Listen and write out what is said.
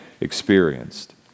experienced